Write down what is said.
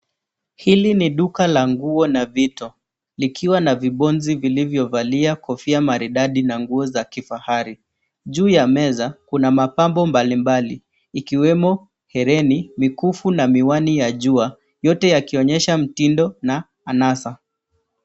Hili ni duka la nguo na vito, likiwa na vibonzo vilivyovalia kofia maridadi na nguo za kifahari. Juu ya meza kuna mapambo mbalimbali ikiwemo hereni, mikufu na miwani ya jua yote yakionyesha mitindo na anasa.